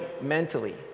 mentally